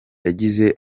yagize